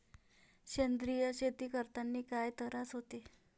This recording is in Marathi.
सेंद्रिय शेती करतांनी काय तरास होते?